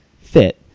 fit